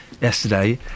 yesterday